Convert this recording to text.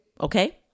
Okay